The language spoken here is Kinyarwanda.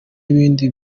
ibindi